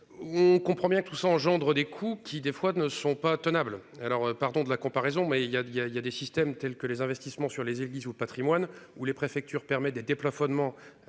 on comprend bien, tout ça engendre des coûts qui des fois ne sont pas tenables alors pardon de la comparaison, mais il y a il y a il y a des systèmes tels que les investissements sur les églises au Patrimoine ou les préfectures permet des déplafonnement